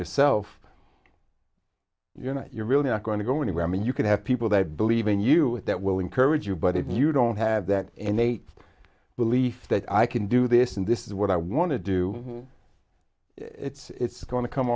yourself you know you're really not going to go anywhere i mean you can have people that believe in you that will encourage you but if you don't have that innate belief that i can do this and this is what i want to do it's going to come